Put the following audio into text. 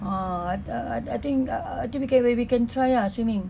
ah I I I think I think we can try ah swimming